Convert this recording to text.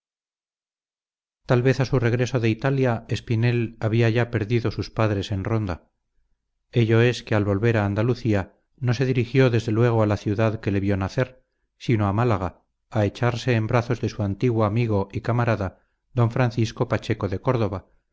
tal vez a su regreso de italia espinel había ya perdido sus padres en ronda ello es que al volver a andalucía no se dirigió desde luego a la ciudad que le vio nacer sino a málaga a echarse en brazos de su antiguo amigo y camarada don francisco pacheco de córdoba